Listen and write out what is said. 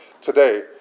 today